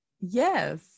Yes